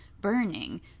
burning